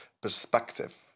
perspective